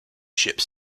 ships